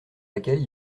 laquelle